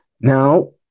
now